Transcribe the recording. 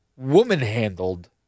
woman-handled